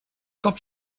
cop